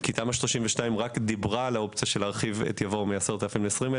כי תמ"א 32 דיברה רק על האופציה להרחיב את יבור מ-10,000 ל-20,000.